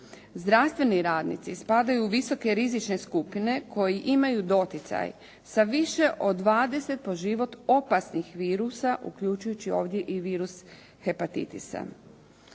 Zdravstveni radnici spadaju u visoke rizične skupine koji imaju doticaj sa više od 20 po život opasnih virusa uključujući ovdje i virus hepatitisa.